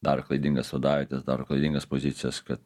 daro klaidingas vadavietes daro klaidingas pozicijas kad